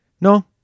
No